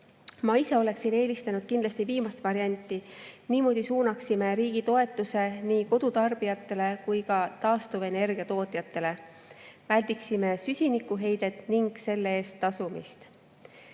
Ma ise oleksin eelistanud kindlasti viimast varianti. Niimoodi suunaksime riigi toetuse nii kodutarbijatele kui ka taastuvenergia tootjatele, väldiksime süsinikuheidet ning selle eest